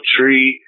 Tree